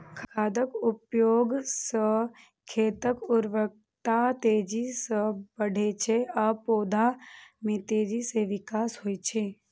खादक उपयोग सं खेतक उर्वरता तेजी सं बढ़ै छै आ पौधा मे तेजी सं विकास होइ छै